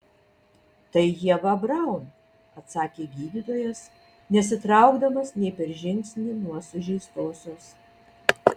tai ieva braun atsakė gydytojas nesitraukdamas nei per žingsnį nuo sužeistosios